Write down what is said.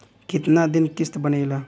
कितना दिन किस्त बनेला?